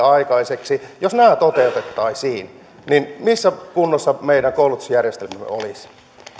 aikaiseksi toteutettaisiin niin missä kunnossa meidän koulutusjärjestelmämme olisi